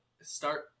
start